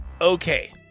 Okay